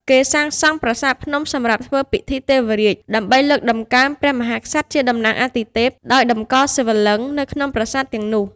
គេសាងសង់ប្រាសាទភ្នំសម្រាប់ធ្វើពិធីទេវរាជ ដើម្បីលើកតម្កើងព្រះមហាក្សត្រជាតំណាងអាទិទេព ដោយតម្កល់សិវលិង្គនៅក្នុងប្រាសាទទាំងនោះ។